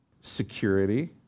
security